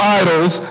idols